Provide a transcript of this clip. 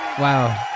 wow